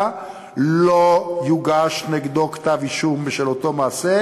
לא יוגש נגדו כתב-אישום בשל אותו מעשה,